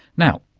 now,